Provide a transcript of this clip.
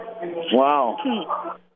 Wow